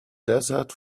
desert